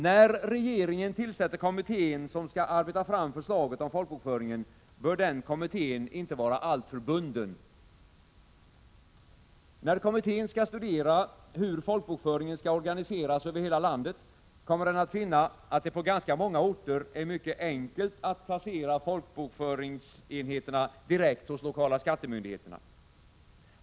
När regeringen tillsätter kommittén, som skall arbeta fram förslaget om folkbokföringen, bör den kommittén inte vara alltför bunden. När kommittén skall studera hur folkbokföringen skall organiseras över hela landet, kommer den att finna att det på ganska många orter är mycket enkelt att placera folkbokföringsenheterna direkt hos lokala skattemyndigheten.